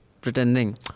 pretending